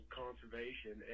conservation